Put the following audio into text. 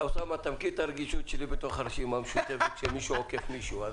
אתה מכיר את הרגישות שלי בתוך הרשימה המשותפת שמישהו עוקף מישהו.